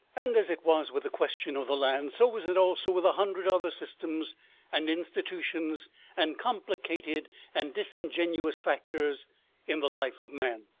and as it was with the question of the land, so was it also with a hundred other systems and institutions and complicated and disingenuous factors in the life of man.